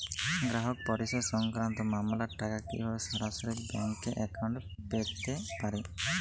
গ্রাহক পরিষেবা সংক্রান্ত মামলার টাকা কীভাবে সরাসরি ব্যাংক অ্যাকাউন্টে পেতে পারি?